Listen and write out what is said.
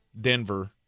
Denver